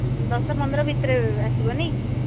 ଦଶ ପନ୍ଦର ଭିତରେ ଆସିବ ନାଇଁକି